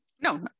no